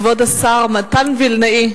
כבוד השר מתן וילנאי,